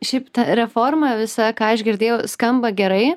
šiaip ta reforma visa ką aš girdėjau skamba gerai